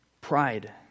Pride